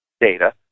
data